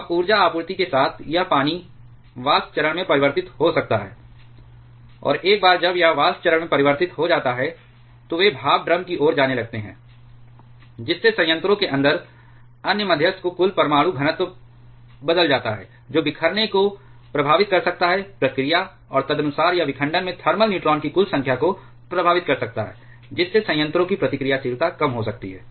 अब ऊर्जा आपूर्ति के साथ यह पानी वाष्प चरण में परिवर्तित हो सकता है और एक बार जब यह वाष्प चरण में परिवर्तित हो जाता है तो वे भाप ड्रम की ओर जाने लगते हैं जिससे संयंत्रों के अंदर अन्य मध्यस्थ का कुल परमाणु घनत्व बदल जाता है जो बिखरने को प्रभावित कर सकता है प्रक्रिया और तदनुसार यह विखंडन में थर्मल न्यूट्रॉन की कुल संख्या को प्रभावित कर सकता है जिससे संयंत्रों की प्रतिक्रियाशीलता कम हो सकती है